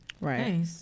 Right